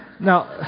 Now